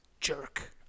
jerk